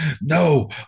No